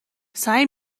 سعی